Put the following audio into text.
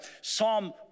Psalm